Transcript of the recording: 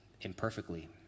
imperfectly